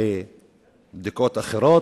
ובדיקות אחרות,